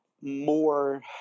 more